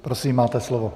Prosím, máte slovo.